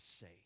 say